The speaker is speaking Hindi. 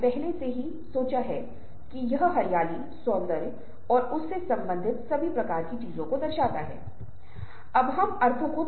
हम जिन इशारों पर नियंत्रण करते हैं उनमें से कुछ हम जानबूझकर करते हैं अथवा कुछ अन्य इशारे हैं जिन्हें हम जानते भी नहीं हैं